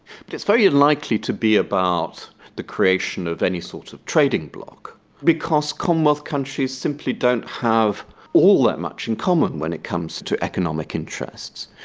but it's very unlikely to be about the creation of any sort of trading bloc because commonwealth countries simply don't have all that much in common when it comes to economic interests.